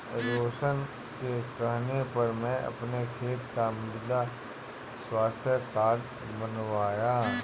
रोशन के कहने पर मैं अपने खेत का मृदा स्वास्थ्य कार्ड बनवाया